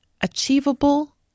achievable